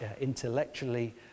intellectually